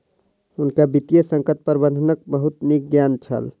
हुनका वित्तीय संकट प्रबंधनक बहुत नीक ज्ञान छल